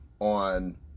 on